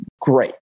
great